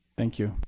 thank you.